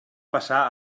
passar